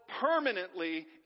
permanently